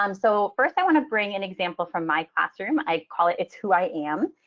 um so first, i want to bring an example from my classroom. i call it it's who i am.